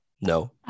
no